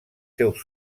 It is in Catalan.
seus